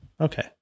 Okay